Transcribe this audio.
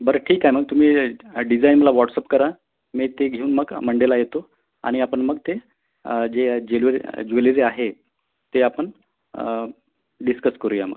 बरं ठीक आहे मग तुम्ही डिझाईनला वॉट्सअप करा मी ते घेऊन मग मंडेला येतो आणि आपण मग ते जे जेल्वरी ज्वेलरी आहे ते आपण डिस्कस करू या मग